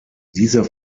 dieser